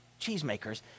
cheesemakers